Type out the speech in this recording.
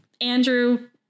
Andrew